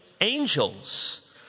angels